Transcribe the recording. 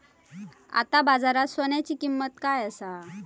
आता बाजारात सोन्याची किंमत काय असा?